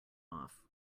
off